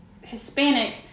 Hispanic